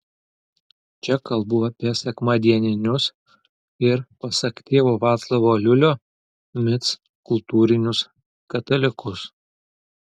čia kalbu apie sekmadieninius ir pasak tėvo vaclovo aliulio mic kultūrinius katalikus